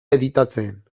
editatzen